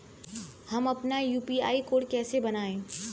हम अपना UPI code कैसे बनाएँ?